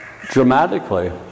dramatically